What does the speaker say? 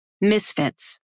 misfits